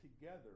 together